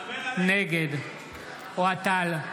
נגד אוהד טל,